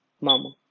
Mama